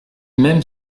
même